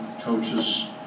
coaches